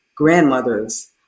Grandmothers